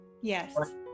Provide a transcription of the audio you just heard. Yes